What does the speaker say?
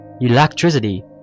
electricity